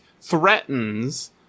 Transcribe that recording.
threatens